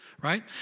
right